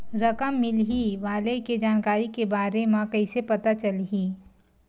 रकम मिलही वाले के जानकारी के बारे मा कइसे पता चलही?